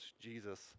Jesus